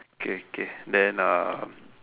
okay okay then uh